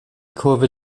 kurve